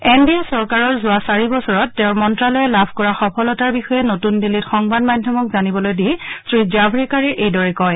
N D A চৰকাৰৰ যোৱা চাৰি বছৰত তেওঁৰ মন্ত্ৰালয়ে লাভ কৰা সফলতাৰ বিষয়ে নতুন দিল্লীত সংবাদ মাধ্যমক জানিবলৈ দি শ্ৰীজাভৰেকাৰে এইদৰে কয়